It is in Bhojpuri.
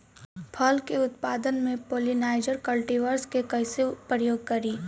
फल के उत्पादन मे पॉलिनाइजर कल्टीवर्स के कइसे प्रयोग करी?